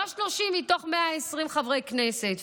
לא 30 מתוך 120 חברי כנסת.